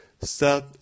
start